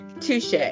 touche